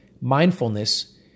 mindfulness